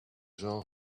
jean